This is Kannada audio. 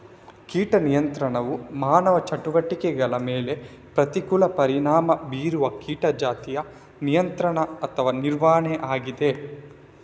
ಕೀಟ ನಿಯಂತ್ರಣವು ಮಾನವ ಚಟುವಟಿಕೆಗಳ ಮೇಲೆ ಪ್ರತಿಕೂಲ ಪರಿಣಾಮ ಬೀರುವ ಕೀಟ ಜಾತಿಯ ನಿಯಂತ್ರಣ ಅಥವಾ ನಿರ್ವಹಣೆಯಾಗಿದೆ